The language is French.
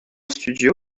studio